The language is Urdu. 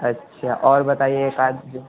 اچھا اور بتائیے ایک آدھ جو